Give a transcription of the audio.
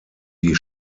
die